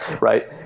right